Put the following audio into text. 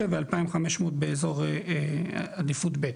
ו-2,500 באזור עדיפות ב'.